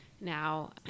now